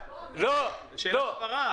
אדוני, שאלת הבהרה.